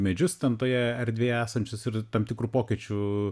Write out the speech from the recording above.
medžius ten toje erdvėje esančius ir tam tikrų pokyčių